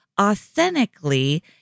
authentically